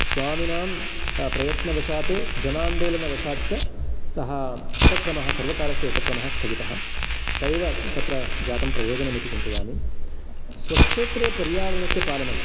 स्वामिनां प्रयत्नवशात् जनान्दोलनवशात् च सः उपक्रमः सर्वकारस्य उपक्रमः स्थगितः स एव तत्र जातं प्रयोजनम् इति चिन्तयामि स्वक्षेत्रे पर्यावरणस्य पालनं